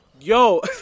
Yo